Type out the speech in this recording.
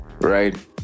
right